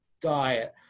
diet